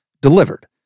delivered